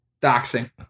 Doxing